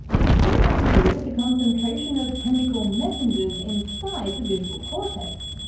it could have to do with the concentration of chemical messengers inside the visual cortex.